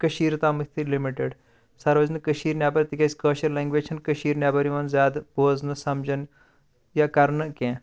کشیٖرِ تامتھٕے لِمِٹِڈ سۄ روزنہٕ کٔشیٖرِ نیٚبَر تِکیازِ کٲشِر لینٛگویج چھَنہٕ کٔشیٖرِ نیٚبَر یِوان زیادٕ بوزنہٕ سَمجَنہٕ یا کَرنہٕ کینٛہہ